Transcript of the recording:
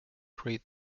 create